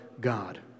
God